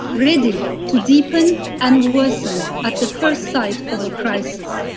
ready to deepen and worsen at the first sight of a crisis.